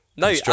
no